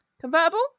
convertible